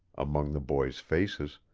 among the boys' faces,